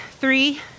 Three